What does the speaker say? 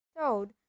toad